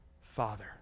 Father